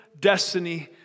destiny